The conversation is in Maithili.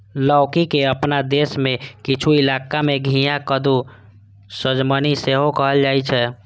लौकी के अपना देश मे किछु इलाका मे घिया, कद्दू, सजमनि सेहो कहल जाइ छै